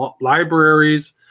libraries